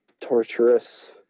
torturous